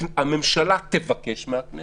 הממשלה תבקש מהכנסת,